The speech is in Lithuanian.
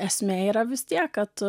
esmė yra vis tiek kad